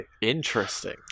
Interesting